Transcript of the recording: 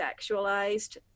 sexualized